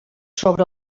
sobre